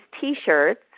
T-shirts